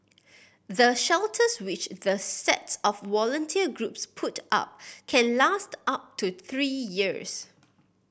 the shelters which the sets of volunteer groups put up can last up to three years